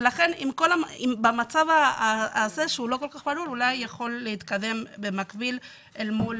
ולכן במצב הזה שהוא לא כל כך ברור אולי אפשר להתקדם במקביל אל מול